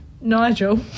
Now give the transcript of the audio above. Nigel